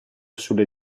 sulle